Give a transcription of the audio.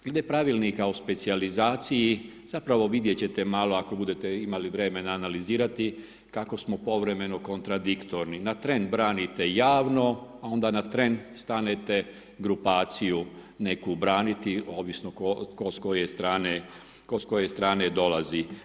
Glede Pravilnika o specijalizaciji zapravo vidjet ćete malo ako budete imali vremena analizirati kako smo povremeno kontradiktorni, na tren branite javno, a onda na tren stanete grupaciju neku braniti ovisno tko s koje strane dolazi.